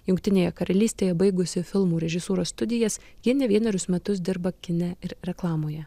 jungtinėje karalystėje baigusi filmų režisūros studijas ji ne vienerius metus dirba kine ir reklamoje